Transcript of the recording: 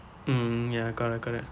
mm ya correct correct